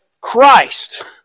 Christ